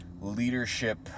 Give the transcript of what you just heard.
leadership